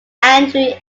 andrew